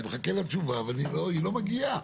ואני מחכה לתשובה, אבל היא לא מגיעה.